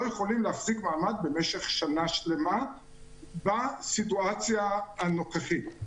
יכולים להחזיק מעמד במשך שנה שלימה בסיטואציה הנוכחית.